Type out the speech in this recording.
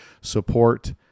support